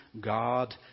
God